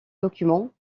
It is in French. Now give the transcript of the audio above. documents